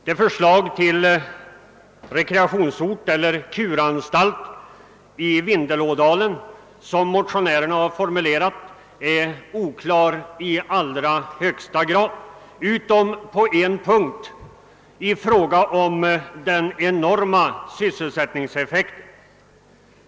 Det förslag till rekreationsort eller kurortsanstalt i Vindelådalen som motionärerna har formulerat är i allra högsta grad oklart — utom på:en punkt, nämligen när det gäller den enorma sysselsättningseffekten.